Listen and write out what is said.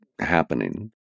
happening